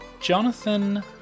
Jonathan